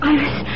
Iris